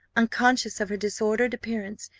unconscious of her disordered appearance,